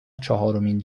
چهارمین